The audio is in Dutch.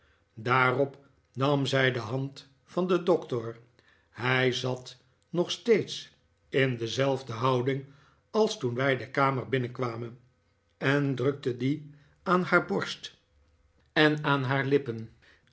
daarop nam zij de hand van den doctor hij zat nog in dezelfde houding als toen wij de kamer binnenkwamen en drukte die aan haar borst en aan haar lippen